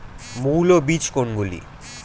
মৌল বীজ কোনগুলি?